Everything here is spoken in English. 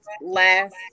last